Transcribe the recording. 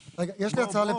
יש לי הצעה לפתרון.